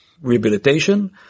rehabilitation